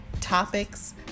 topics